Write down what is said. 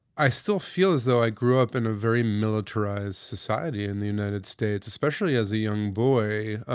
i still feel as though i grew up in a very militarized society in the united states, especially as a young boy.